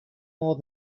more